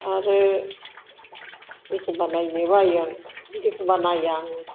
आरो एखनबा नायनो बायो आं एखनबा नाया आङो